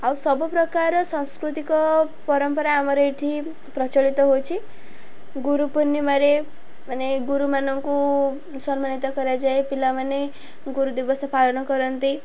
ଆଉ ସବୁପ୍ରକାର ସାଂସ୍କୃତିକ ପରମ୍ପରା ଆମର ଏଠି ପ୍ରଚଳିତ ହେଉଛି ଗୁରୁ ପୂର୍ଣ୍ଣିମାରେ ମାନେ ଗୁରୁମାନଙ୍କୁ ସମ୍ମାନିତ କରାଯାଏ ପିଲାମାନେ ଗୁରୁ ଦିବସ ପାଳନ କରନ୍ତି